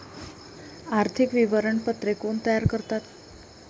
आर्थिक विवरणपत्रे कोण तयार करतात?